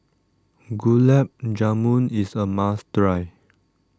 Gulab Jamun is a must try